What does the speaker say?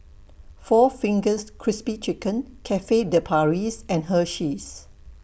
four Fingers Crispy Chicken Cafe De Paris and Hersheys